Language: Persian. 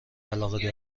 علاقه